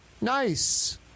Nice